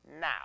now